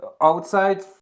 Outside